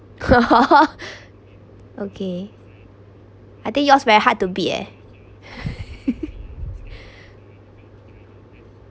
okay I think yours very hard to be eh